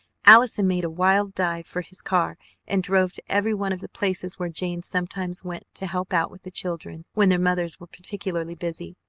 allison made a wild dive for his car and drove to every one of the places where jane sometimes went to help out with the children when their mothers were particularly busy,